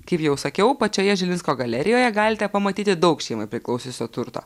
kaip jau sakiau pačioje žilinsko galerijoje galite pamatyti daug šeimai priklausiusio turto